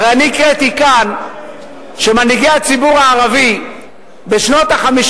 הרי אני הקראתי כאן שמנהיגי הציבור הערבי בשנות ה-50